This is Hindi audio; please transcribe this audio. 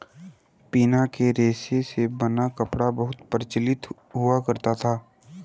पिना के रेशे से बना कपड़ा बहुत प्रचलित हुआ करता था